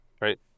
right